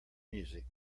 music